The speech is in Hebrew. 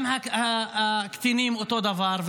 גם הקטינים אותו דבר.